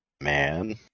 man